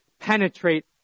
penetrate